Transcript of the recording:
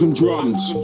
drums